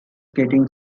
getting